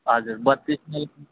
हजुर बत्तिस नै